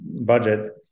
budget